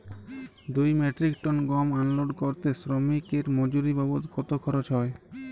দুই metric ton গম unload করতে শ্রমিক এর মজুরি বাবদ কত খরচ হয়?